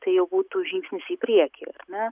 tai jau būtų žingsnis į priekį ar ne